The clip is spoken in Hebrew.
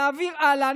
נעביר הלאה,